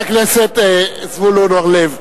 חבר הכנסת זבולון אורלב,